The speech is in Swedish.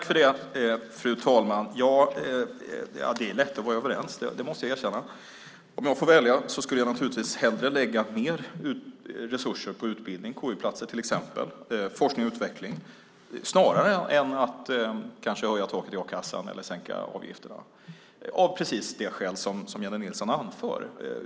Fru talman! Det är lätt att vara överens. Det måste jag erkänna. Om jag fick välja skulle jag naturligtvis hellre, av precis de skäl som Jennie Nilsson anför, lägga mer resurser på utbildning, KY-platser till exempel, och forskning och utveckling än på att kanske höja taket i a-kassan eller sänka avgifterna.